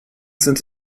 sind